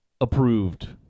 approved